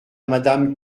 madame